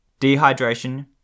dehydration